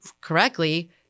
correctly